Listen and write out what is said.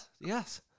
Yes